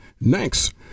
Next